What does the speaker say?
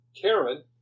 Karen